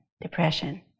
depression